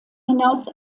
hinaus